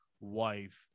wife